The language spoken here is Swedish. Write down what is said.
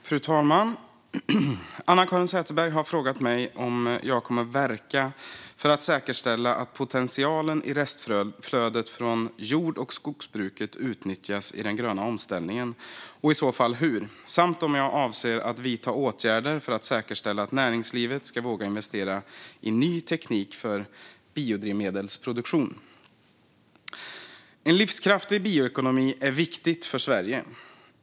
Fru talman! Anna-Caren Sätherberg har frågat mig om jag kommer att verka för att säkerställa att potentialen i restflödet från jord och skogsbruket utnyttjas i den gröna omställningen, och i så fall hur, samt om jag avser att vidta åtgärder för att säkerställa att näringslivet ska våga investera i ny teknik för biodrivmedelsproduktion. En livskraftig bioekonomi är viktigt för Sverige.